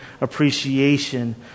appreciation